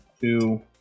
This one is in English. two